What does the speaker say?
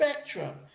spectrum